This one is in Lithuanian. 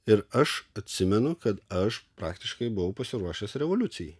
ir aš atsimenu kad aš praktiškai buvau pasiruošęs revoliucijai